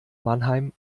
mannheim